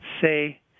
say